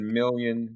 million